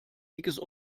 dickes